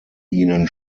ihnen